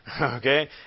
Okay